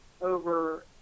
over